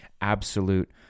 absolute